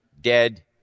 dead